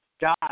God